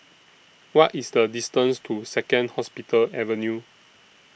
What IS The distance to Second Hospital Avenue